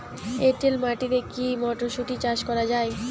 এটেল মাটিতে কী মটরশুটি চাষ করা য়ায়?